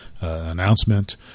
announcement